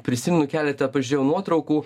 prisimenu keletą pažiūrėjau nuotraukų